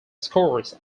scores